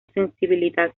sensibilidad